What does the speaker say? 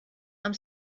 amb